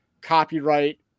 copyright